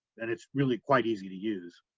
and it's really quite easy to use.